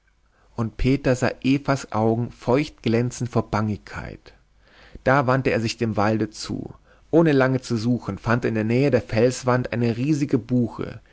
und peter sah evas augen feucht glänzen vor bangigkeit da wandte er sich dem walde zu ohne lange zu suchen fand er in der nähe der felswand eine riesige buche